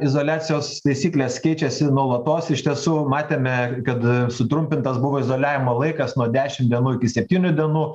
izoliacijos taisyklės keičiasi nuolatos iš tiesų matėme kad sutrumpintas buvo izoliavimo laikas nuo dešim dienų iki septynių dienų